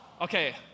Okay